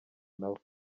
nawe